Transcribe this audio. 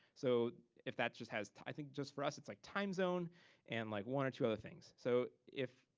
so if that just has, i think just for us, it's, like, timezone and like one or two other things. so if,